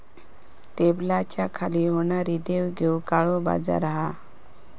टेबलाच्या खाली होणारी देवघेव काळो बाजार हा